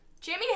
Jimmy